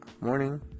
Morning